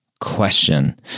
question